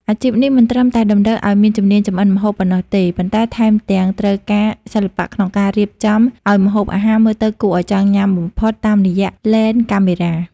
អាជីពនេះមិនត្រឹមតែតម្រូវឱ្យមានជំនាញចម្អិនម្ហូបប៉ុណ្ណោះទេ ប៉ុន្តែថែមទាំងត្រូវការសិល្បៈក្នុងការរៀបចំឱ្យម្ហូបអាហារមើលទៅគួរឱ្យចង់ញ៉ាំបំផុតតាមរយៈឡេនកាមេរ៉ា។